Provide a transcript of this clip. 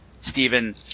Stephen